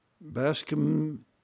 Bascom